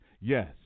Yes